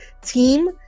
team